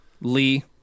Lee